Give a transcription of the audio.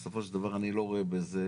בסופו של דבר אני לא רואה בזה,